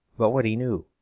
but what he knew,